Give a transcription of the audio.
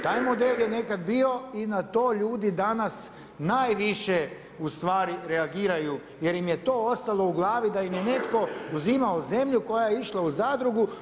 Taj model je nekad bio i na to ljudi danas najviše u stvari reagiraju jer im je to ostalo u glavi da im je netko uzimao zemlju koja je išla u zadrugu.